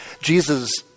Jesus